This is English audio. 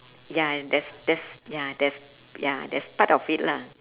ya and that's that's ya that's ya that's part of it lah